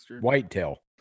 whitetail